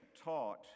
taught